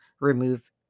remove